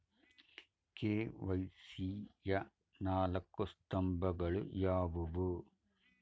KYC ಯ ನಾಲ್ಕು ಸ್ತಂಭಗಳು ಯಾವುವು?